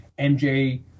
MJ